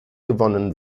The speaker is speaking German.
gewonnen